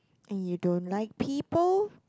and you don't like people